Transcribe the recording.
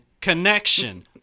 connection